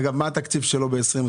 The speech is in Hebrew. מה התקציב שלו ב-2021?